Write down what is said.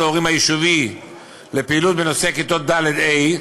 ההורים היישובי לפעילות בנושא בכיתות ד' ה',